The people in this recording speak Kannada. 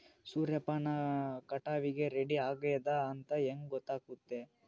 ನನ್ನ ಸೂರ್ಯಪಾನ ಕಟಾವಿಗೆ ರೆಡಿ ಆಗೇದ ಅಂತ ಹೆಂಗ ಗೊತ್ತಾಗುತ್ತೆ?